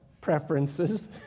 preferences